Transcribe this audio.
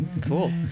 Cool